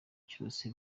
cyose